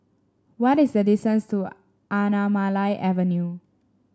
what is the distance to Anamalai Avenue